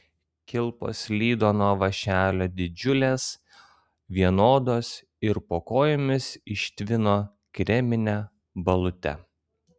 kilpos slydo nuo vąšelio didžiulės vienodos ir po kojomis ištvino kremine balute